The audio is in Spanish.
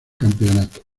campeonato